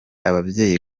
ababyeyi